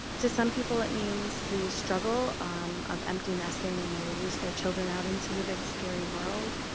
to some people it means the struggle of empty nesting when they release their children out into the big, scary world.